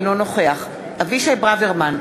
אינו נוכח אבישי ברוורמן,